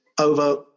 over